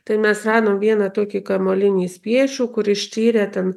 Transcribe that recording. tai mes radom vieną tokį kamuolinį spiečių kur ištyrę ten